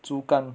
猪肝